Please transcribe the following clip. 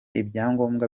ibyangombwa